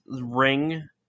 Ring